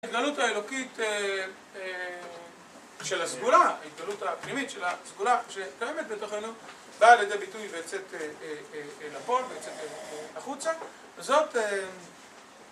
ההתגלות האלוקית של הסגולה, ההתגלות הפנימית של הסגולה שקיימת בתוכנו, באה לידי ביטוי ויוצאת אל הפועל, יוצאת החוצה, וזאת